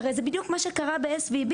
הרי זה בדיוק מה שקרה ב-SVB,